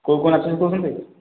କେଉଁ କେଉଁ ନାଚ ଶିଖୋଉଛନ୍ତି